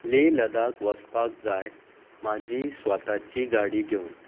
ले लदाक वचपाक जाय म्हाजी स्वताची गाडी घेवन